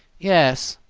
yes,